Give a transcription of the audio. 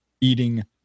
eating